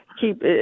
keep –